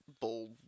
bold